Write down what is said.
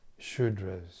Shudras